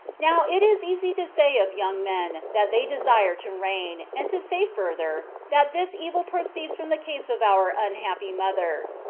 now it is easy to say of young men, that they desire to reign and to say further, that this evil proceeds from the case of our unhappy mother.